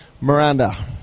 Miranda